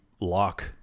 lock